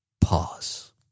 pause